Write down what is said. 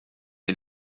est